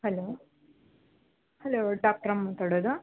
hello hello doctor ಮಾತಾಡೋದು